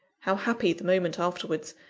how happy the moment afterwards,